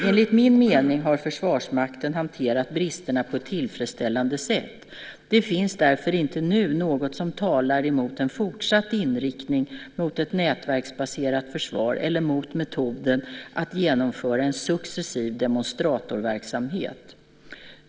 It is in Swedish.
Enligt min mening har Försvarsmakten hanterat bristerna på ett tillfredsställande sätt. Det finns därför inte nu något som talar emot en fortsatt inriktning mot ett nätverksbaserat försvar eller mot metoden att genomföra en successiv demonstratorverksamhet.